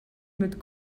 mit